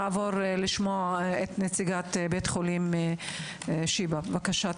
נעבור לשמוע את נציגת בית החולים שיבא, בבקשה.